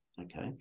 okay